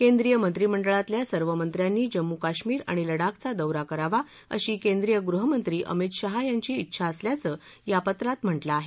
केंद्रीय मंत्रीमंडळातल्या सर्व मंत्र्यांनी जम्मू कश्मीर आणि लडाखचा दौरा करावा अशी केंद्रीय गृहमंत्री अमित शहा यांची डेछा असल्याचं या पत्रात म्हटलं आहे